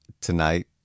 tonight